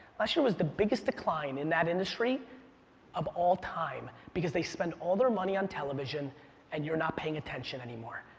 last year was the biggest decline in that industry of all time because they spend all their money on television and you're not paying attention anymore.